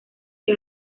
que